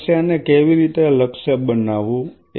તો સમસ્યાને કેવી રીતે લક્ષ્ય બનાવવું